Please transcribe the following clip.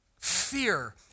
fear